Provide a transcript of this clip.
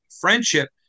friendship